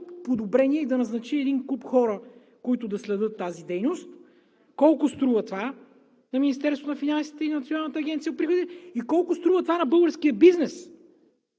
подобрения и да назначи един куп хора, които да следят тази дейност? Колко струва това на Министерство на финансите и на Националната агенция по приходите и колко струва това на българския бизнес?